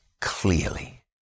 clearly